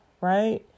right